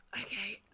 Okay